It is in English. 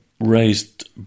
raised